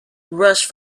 rushed